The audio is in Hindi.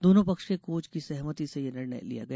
दोनों पक्ष के कोच की सहमति से यह निर्णय लिया गया